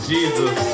Jesus